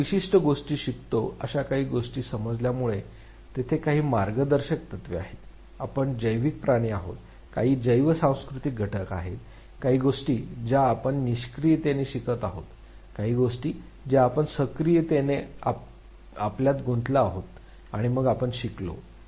आपण विशिष्ट गोष्टी शिकतो अशा काही गोष्टी समजल्यामुळे तेथे काही मार्गदर्शक तत्त्वे आहेत आपण जैविक प्राणी आहेत काही जैव सांस्कृतिक घटक आहेत काही गोष्टी ज्या आपण निष्क्रीयपणे शिकत आहोत काही गोष्टी ज्या आपण सक्रियपणे आमच्यात गुंततो आणि मग आपण शिकलो